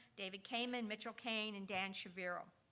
david kamin, mitchell kane, and dan shaviro.